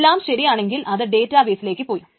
എല്ലാം ശരിയാണെങ്കിൽ അത് ഡേറ്റ ബെയ്സിലേക്ക് പോയി